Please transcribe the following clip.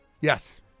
Yes